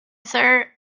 sir